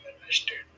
understand